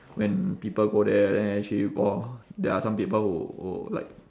when people go there then actually !wah! there are some people who who like